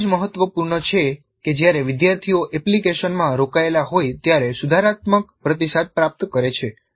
તે ખૂબ જ મહત્વપૂર્ણ છે કે જ્યારે વિદ્યાર્થીઓ એપ્લિકેશનમાં રોકાયેલા હોય ત્યારે સુધારાત્મક પ્રતિસાદ પ્રાપ્ત કરે છે